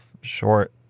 short